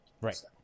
Right